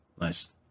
Nice